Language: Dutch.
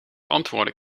antwoorden